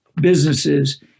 businesses